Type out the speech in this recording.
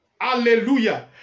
Hallelujah